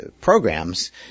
programs